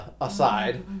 aside